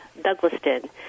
Douglaston